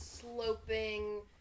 sloping